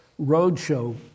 roadshow